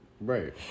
Right